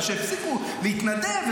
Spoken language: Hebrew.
שהפסיקו להתנדב,